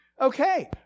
Okay